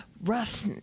rough